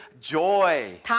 joy